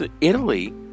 Italy